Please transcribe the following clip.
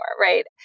right